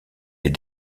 des